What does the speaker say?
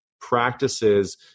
practices